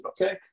okay